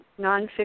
nonfiction